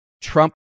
Trump